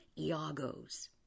Iago's